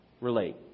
relate